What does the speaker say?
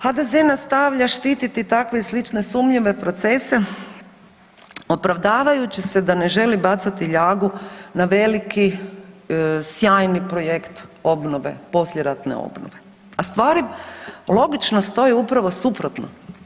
HDZ nastavlja štititi takve i slične sumnjive procese opravdavajući se da ne želi bacati ljagu na veliki sjajni projekt obnove, poslijeratne obnove a stvari logično stoje upravo suprotno.